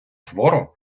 твору